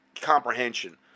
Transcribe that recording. comprehension